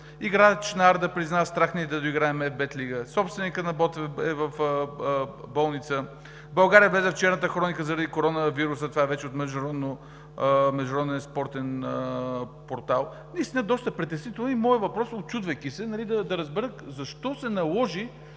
„Играч на „Арда“ призна: страх ни е да доиграем Еfbet Лига“; „Собственикът на „Ботев“ е в болница“; „България влезе в черната хроника заради коронавируса“ – това е вече от Международния спортен портал. Наистина е доста притеснително. Моят въпрос е, учудвайки се, да разбера: защо се наложи